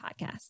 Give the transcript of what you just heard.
podcast